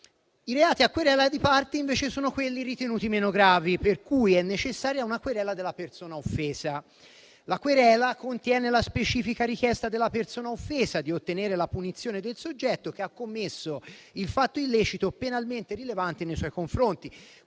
I reati a querela di parte sono invece quelli ritenuti meno gravi, per cui è necessaria una querela della persona offesa. La querela contiene la specifica richiesta della persona offesa di ottenere la punizione del soggetto che ha commesso il fatto illecito penalmente rilevante nei suoi confronti.